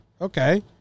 Okay